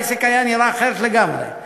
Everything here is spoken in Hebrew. העסק היה נראה אחרת לגמרי.